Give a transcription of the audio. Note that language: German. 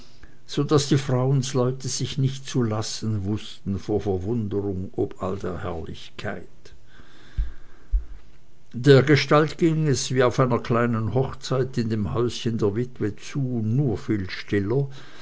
so daß die frauensleute sich nicht zu lassen wußten vor verwunderung ob all der herrlichkeit dergestalt ging es wie auf einer kleinen hochzeit in dem häuschen der witwe nur viel stiller